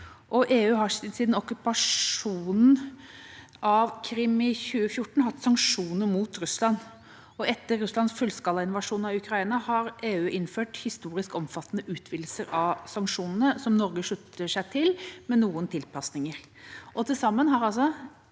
EU har siden okkupasjonen av Krym i 2014 hatt sanksjoner mot Russland, og etter Russlands fullskala invasjon av Ukraina har EU innført historisk omfattende utvidelser av sanksjonene som Norge slutter seg til, med noen tilpasninger. Til sammen har altså